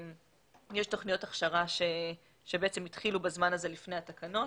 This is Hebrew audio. יש תוכניות הכשרה שהתחילו בזמן הזה לפני התקנות,